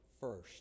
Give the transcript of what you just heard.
first